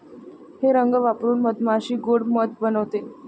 हे रंग वापरून मधमाशी गोड़ मध बनवते